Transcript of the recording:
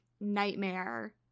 nightmare